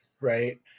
right